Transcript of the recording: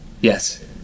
Yes